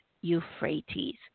Euphrates